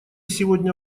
сегодня